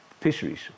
fisheries